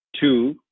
Two